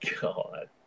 God